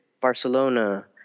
Barcelona